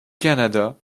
canada